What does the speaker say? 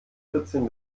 vierzehn